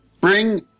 Bring